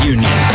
Union